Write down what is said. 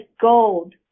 gold